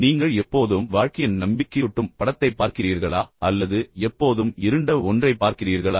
நீங்கள் எப்போதும் வாழ்க்கையின் நம்பிக்கையூட்டும் படத்தைப் பார்க்கிறீர்களா அல்லது எப்போதும் இருண்ட ஒன்றைப் பார்க்கிறீர்களா